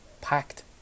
packed